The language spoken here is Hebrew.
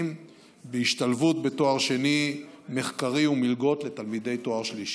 בהשתלבות בתואר שני מחקרי ומלגות לתלמידי תואר שלישי.